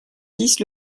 dix